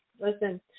Listen